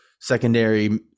secondary